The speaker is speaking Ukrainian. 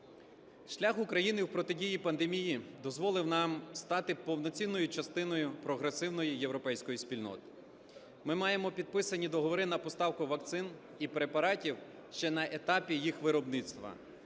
Шлях України у протидії пандемії дозволив нам стати повноцінною частиною прогресивної європейської спільноти. Ми маємо підписані договори на поставку вакцин і препаратів ще на етапі їх виробництва,